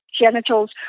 genitals